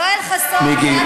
יואל חסון גם שאל, מיקי,